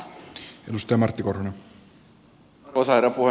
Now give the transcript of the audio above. arvoisa herra puhemies